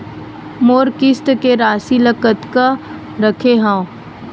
मोर किस्त के राशि ल कतका रखे हाव?